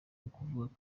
kuvuka